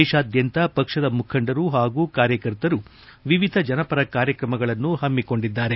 ದೇಶಾದ್ಕಂತ ಪಕ್ಷದ ಮುಖಂಡರು ಪಾಗೂ ಕಾರ್ಯಕರ್ತರು ವಿವಿಧ ಜನಪರ ಕಾರ್ಯುತ್ತಮಗಳನ್ನು ಪಮ್ಮಿಕೊಂಡಿದ್ದಾರೆ